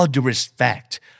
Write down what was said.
respect